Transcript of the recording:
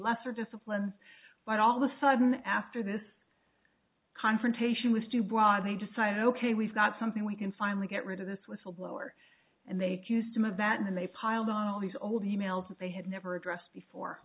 lesser discipline but all the sudden after this confrontation was too broad they decided ok we've got something we can finally get rid of this whistleblower and they do some of that and they piled on all these old e mails that they had never addressed before